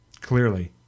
Clearly